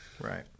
Right